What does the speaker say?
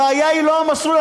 הבעיה היא לא המסלול.